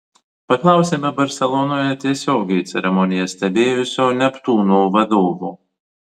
paklausėme barselonoje tiesiogiai ceremoniją stebėjusio neptūno vadovo